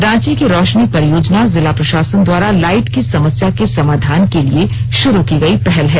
रांची की रोशनी परियोजना जिला प्रशासन द्वारा लाईट की समस्या के समाधान के लिए शुरु की गयी पहल है